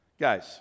Guys